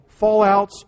fallouts